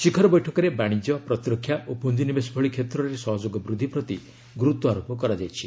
ଶିଖର ବୈଠକରେ ବାଣିଜ୍ୟ ପ୍ରତିରକ୍ଷା ଓ ପୁଞ୍ଜିନିବେଶ ଭଳି କ୍ଷେତ୍ରରେ ସହଯୋଗ ବୃଦ୍ଧି ପ୍ରତି ଗୁରୁତ୍ୱାରୋପ କରାଯାଇଛି